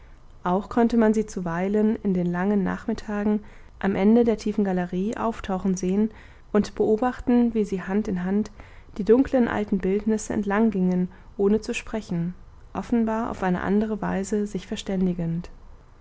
auch konnte man sie zuweilen in den langen nachmittagen am ende der tiefen galerie auftauchen sehen und beobachten wie sie hand in hand die dunklen alten bildnisse entlang gingen ohne zu sprechen offenbar auf eine andere weise sich verständigend